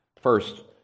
first